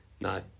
No